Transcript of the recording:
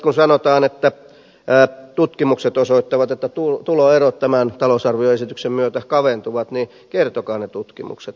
kun sanotaan että tutkimukset osoittavat että tuloerot tämän talousarvioesityksen myötä kaventuvat niin kertokaa ne tutkimukset